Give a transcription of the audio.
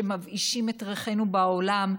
שמבאישים את ריחנו בעולם,